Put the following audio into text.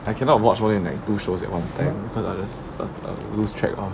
I cannot watch more than like two shows at one time because I will just I will lose track one